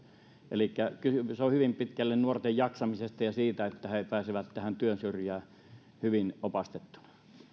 elikkä kysymys on hyvin pitkälle nuorten jaksamisesta ja siitä että he pääsevät työnsyrjään hyvin opastettuina